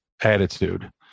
attitude